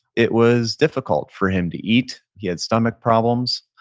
it was difficult for him to eat. he had stomach problems.